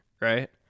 right